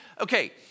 Okay